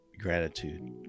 gratitude